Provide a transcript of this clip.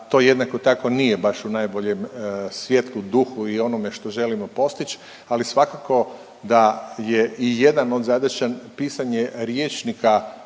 to jednako tako, nije baš u najboljem svijetlu, duhu i onome što želimo postići, ali svakako da je i jedan od zadaća, pisanje rječnika